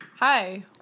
Hi